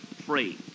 free